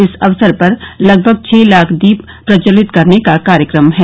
इस अवसर पर लगभग छह लाख दीप प्रज्ज्वलित करने का कार्यक्रम है